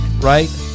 right